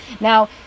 Now